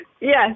Yes